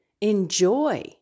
enjoy